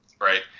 right